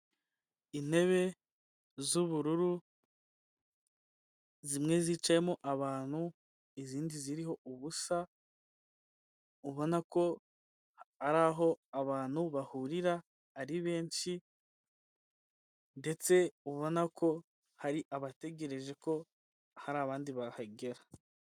Intebe z'ubururu, zimwe zicayemo abantu, izindi ziriho ubusa, ubona ko ari aho abantu bahurira, ari benshi ndetse ubona ko hari abategereje ko hari abandi bahagera.